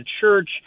church